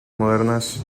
modernas